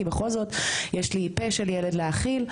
כי בכל זאת יש לי פה של ילד להאכיל.